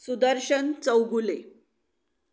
Sudarshan Chougule